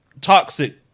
toxic